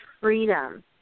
freedom